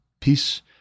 peace